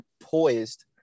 poised